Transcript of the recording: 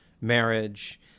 marriage